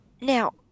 Now